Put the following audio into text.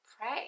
pray